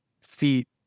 feet